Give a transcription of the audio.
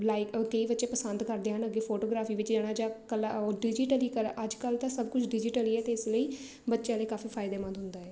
like uh ਕਈ ਬੱਚੇ ਪਸੰਦ ਕਰਦੇ ਹਨ ਅੱਗੇ ਫੋਟੋਗ੍ਰਾਫੀ ਵਿੱਚ ਜਾਣਾ ਜਾਂ ਕਲਾ ਉਹ ਡਿਜ਼ੀਟਲੀ ਕਲਾ ਅੱਜ ਕੱਲ੍ਹ ਤਾਂ ਸਭ ਕੁਝ ਡਿਜ਼ੀਟਲੀ ਹੈ ਤੇ ਇਸ ਲਈ ਬੱਚਿਆਂ ਲਈ ਕਾਫੀ ਫਾਇਦੇਮੰਦ ਹੁੰਦਾ ਹੈ